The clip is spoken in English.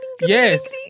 yes